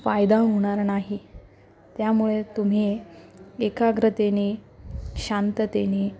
फायदा होणार नाही त्यामुळे तुम्ही एकाग्रतेनी शांततेनी